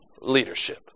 leadership